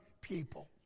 people